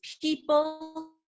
people